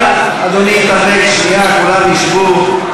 אדוני יתאפק שנייה, כולם ישבו.